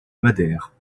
madère